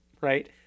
right